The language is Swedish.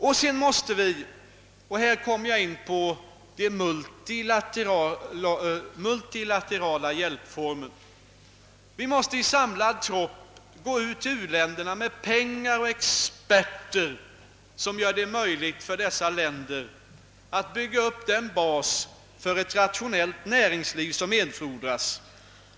Vi måste vidare — här kommer jag in på de multilaterala hjälpformerna — i samlad tropp gå ut i u-länderna med pengar och experter som gör det möjligt för dessa länder att bygga upp den bas för ett rationellt näringsliv som erfordras.